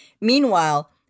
Meanwhile